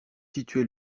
situé